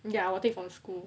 ya I will take from school